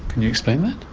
you explain that?